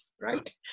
Right